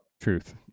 Truth